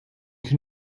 can